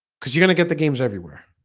cuz you're gonna get the games everywhere.